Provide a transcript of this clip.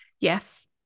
Yes